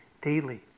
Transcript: daily